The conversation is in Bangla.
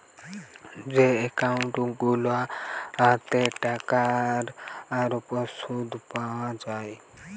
যে একউন্ট গুলাতে টাকার উপর শুদ পায়া যায়